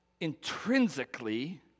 intrinsically